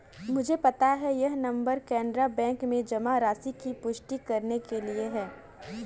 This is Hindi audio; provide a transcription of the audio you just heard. मुझे पता है यह नंबर कैनरा बैंक में जमा राशि की पुष्टि करने के लिए है